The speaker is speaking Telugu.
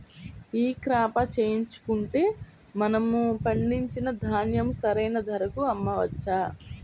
ఈ క్రాప చేయించుకుంటే మనము పండించిన ధాన్యం సరైన ధరకు అమ్మవచ్చా?